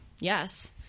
Yes